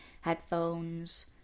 headphones